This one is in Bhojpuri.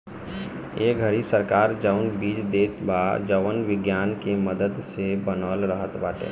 ए घरी सरकार जवन बीज देत बा जवन विज्ञान के मदद से बनल रहत बाटे